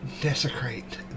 desecrate